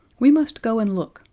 we must go and look,